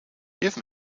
give